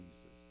Jesus